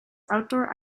outdoor